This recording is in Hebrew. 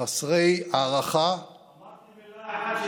חסרי הערכה, אמרתי מילה אחת,